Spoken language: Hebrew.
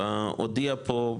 הודיע פה,